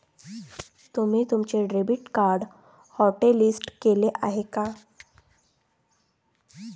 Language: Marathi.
तुम्ही तुमचे डेबिट कार्ड होटलिस्ट केले आहे का?